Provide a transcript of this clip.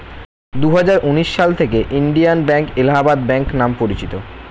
দুহাজার উনিশ সাল থেকে ইন্ডিয়ান ব্যাঙ্ক এলাহাবাদ ব্যাঙ্ক নাম পরিচিত